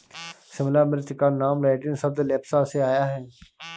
शिमला मिर्च का नाम लैटिन शब्द लेप्सा से आया है